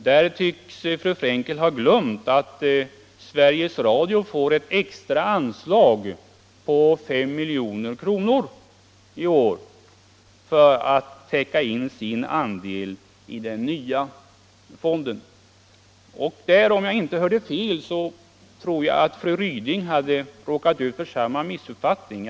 Fru Frenkel tycks ha glömt att Sveriges Radio får ett extra anslag på 5 milj.kr. i år för att täcka sin andel i den nya fonden. Om jag inte hörde fel hade fru Ryding råkat ut för samma missuppfattning.